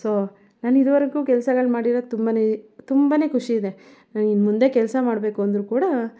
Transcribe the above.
so ನಾನು ಇದ್ವರೆಗೂ ಕೆಲ್ಸಗಳು ಮಾಡಿರೋದು ತುಂಬನೇ ತುಂಬನೇ ಖುಷಿ ಇದೆ ನಾನು ಇನ್ಮುಂದೆ ಕೆಲಸ ಮಾಡಬೇಕು ಅಂದರು ಕೂಡ